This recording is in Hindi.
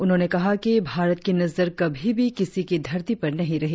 उन्होंने कहा कि भारत की नजर कभी भी किसी की धरती पर नही रही